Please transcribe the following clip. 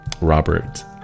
robert